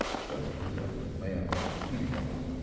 so and he left with a man about some heating oil